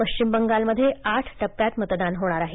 पश्चिम बंगालमध्ये आठ टप्प्यात मतदान होणार आहे